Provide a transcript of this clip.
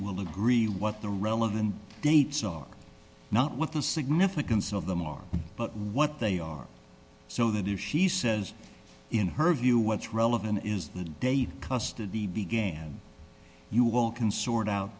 will agree what the relevant dates are not what the significance of them are but what they are so that if she says in her view what's relevant is the date custody began you will can sort out